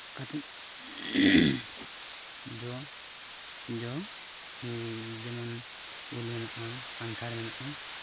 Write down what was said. ᱠᱟᱛᱮᱫ ᱡᱚ ᱡᱚ ᱡᱮᱢᱚᱱ ᱩᱞ ᱢᱮᱱᱟᱜᱼᱟ ᱠᱟᱱᱴᱷᱟᱲ ᱢᱮᱱᱟᱜᱼᱟ